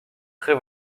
très